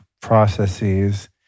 processes